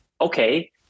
okay